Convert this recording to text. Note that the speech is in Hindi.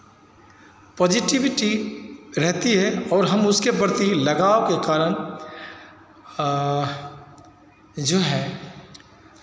पोज़िटीविटी रहती है और हम उसके प्रति लगाव के कारण जो है